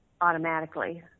automatically